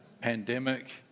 pandemic